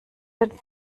den